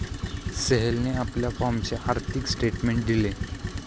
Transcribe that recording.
सोहेलने आपल्या फॉर्मचे आर्थिक स्टेटमेंट दिले